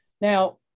Now